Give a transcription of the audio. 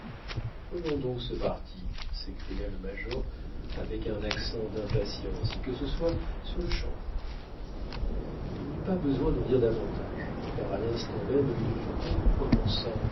prenons donc ce parti s'écria le major avec un accent d'impatience et que ce soit sur-le-champ il n'eut pas besoin d'en dire davantage car à l'instant même œil de faucon prononçant